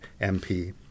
MP